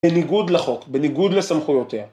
בניגוד לחוק, בניגוד לסמכויותיה.